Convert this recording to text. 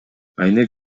айнек